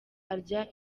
arya